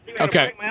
Okay